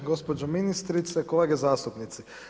Gospođo ministrice, kolege zastupnici.